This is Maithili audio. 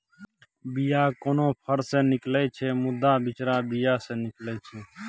बीया कोनो फर सँ निकलै छै मुदा बिचरा बीया सँ निकलै छै